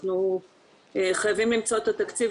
אנחנו חייבים למצוא את התקציב,